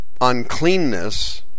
uncleanness